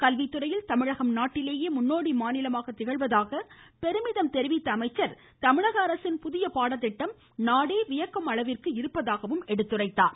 கல்வித்துறையில் தமிழகம் நாட்டிலேயே முன்னோடி மாநிலமாக திகழ்வதாக பெருமிதம் தெரிவித்த அவர் தமிழக அரசின் புதிய பாட திட்டம் நாடே வியக்கும் அளவிற்கு இருப்பதாக எடுத்துரைத்தார்